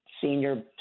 senior